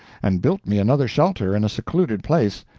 and built me another shelter in a secluded place,